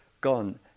gone